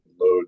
load